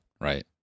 right